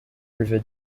river